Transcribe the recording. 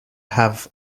have